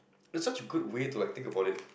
it's such a good way to acting about it